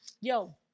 yo